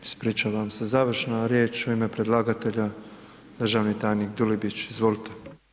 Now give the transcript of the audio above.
S ovim, ispričavam se, završna riječ u ime predlagatelja, državni tajnik Dulibić, izvolite.